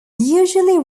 usually